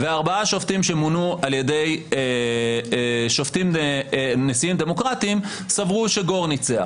וארבעה שופטים שמונו על ידי נשיאים דמוקרטיים סברו שגור ניצח.